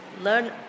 learn